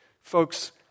Folks